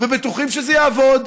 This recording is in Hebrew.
ובטוחים שזה יעבוד.